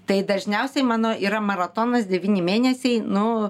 tai dažniausiai mano yra maratonas devyni mėnesiai nu